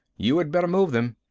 you had better move them.